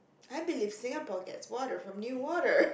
I believe Singapore gets water from new water